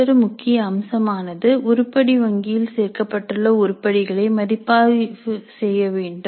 மற்றொரு முக்கிய அம்சமானது உருப்படி வங்கியில் சேர்க்கப்பட்டுள்ள உருப்படிகளை மதிப்பாய்வு செய்ய வேண்டும்